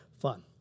fun